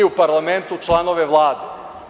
a mi u parlamentu članove Vlade.